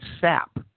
sap